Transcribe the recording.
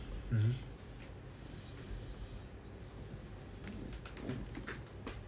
mmhmm